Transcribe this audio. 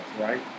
right